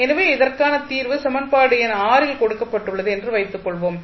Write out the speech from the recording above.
எனவே இதற்கான தீர்வு சமன்பாடு எண் இல் கொடுக்கப்பட்டுள்ளது என்று வைத்துக் கொள்வோம்